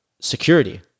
security